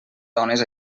dones